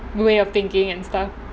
way of thinking and stuff